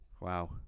Wow